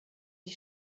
die